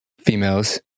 females